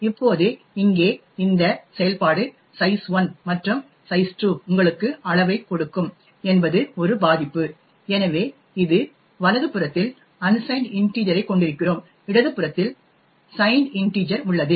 இப்போது இங்கே இந்த செயல்பாடு சைஸ் 1 மற்றும் சைஸ் 2 உங்களுக்கு அளவைக் கொடுக்கும் என்பது ஒரு பாதிப்பு எனவே இது வலது புறத்தில் அன்சைன்ட் இன்டிஜர் ஐ கொண்டிருக்கிறோம் இடது புறத்தில் சைன்ட் இன்டிஜர் உள்ளது